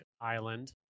island